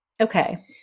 Okay